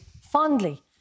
fondly